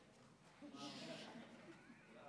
אדוני.